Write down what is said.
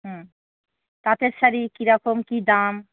হুম তাঁতের শাড়ি কীরকম কী দাম